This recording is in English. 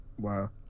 wow